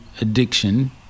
addiction